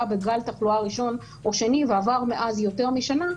בגל התחלואה הראשון או השני ועברה מאז יותר משנה,